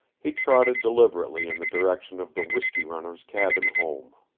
he trotted deliberately in the direction of the whiskey-runner's cabin home.